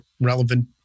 relevant